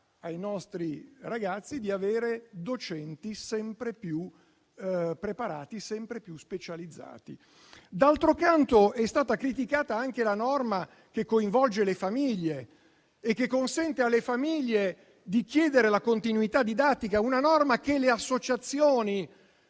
ai nostri ragazzi di avere docenti sempre più preparati e specializzati. D'altro canto, è stata criticata anche la norma che coinvolge le famiglie e che consente loro di chiedere la continuità didattica. Si tratta di una norma che le associazioni